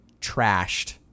trashed